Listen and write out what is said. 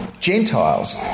Gentiles